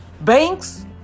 banks